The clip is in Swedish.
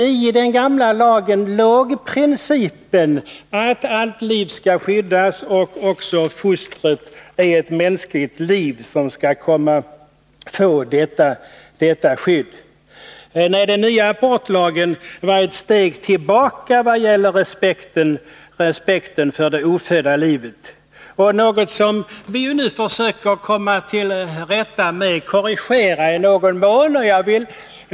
I den gamla lagen låg principen att allt liv skall skyddas och att även fostret är ett mänskligt liv som skall kunna få detta skydd. Den nya abortlagen var ett steg tillbaka vad gäller respekten för det ofödda livet. Och det är något som vi nu försöker komma till rätta med, i någon mån korrigera.